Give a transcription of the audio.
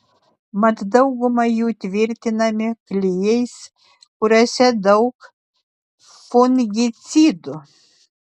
mat dauguma jų tvirtinami klijais kuriuose daug fungicidų